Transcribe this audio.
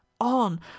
on